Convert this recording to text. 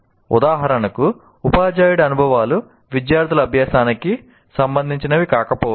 ఉదాహరణకు ఉపాధ్యాయుడి అనుభవాలు విద్యార్థుల అభ్యాసానికి సంబంధించినవి కాకపోవచ్చు